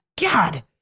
God